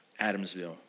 Adamsville